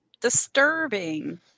disturbing